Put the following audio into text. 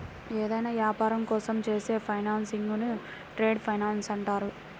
ఏదైనా యాపారం కోసం చేసే ఫైనాన్సింగ్ను ట్రేడ్ ఫైనాన్స్ అంటారు